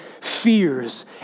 fears